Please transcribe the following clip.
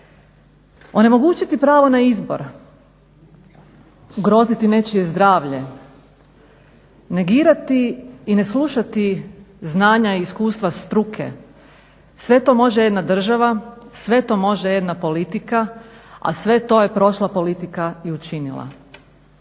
Onemogućiti pravo na izbor, ugroziti nečije zdravlje, negirati i neslušati znanja i iskustva struke, sve to može jedna država, sve to može jedna politika, a sve to je prošla politika i učinila.